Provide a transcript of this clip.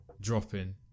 dropping